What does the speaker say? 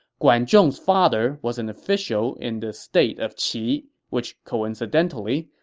guan zhong's father was an official in the state of qi, which coincidentally,